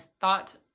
thought